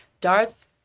darth